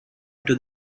into